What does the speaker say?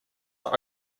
are